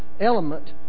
element